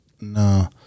No